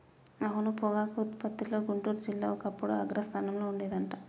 అవును పొగాకు ఉత్పత్తిలో గుంటూరు జిల్లా ఒకప్పుడు అగ్రస్థానంలో ఉండేది అంట